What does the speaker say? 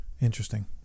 Interesting